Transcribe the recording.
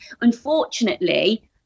unfortunately